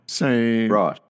Right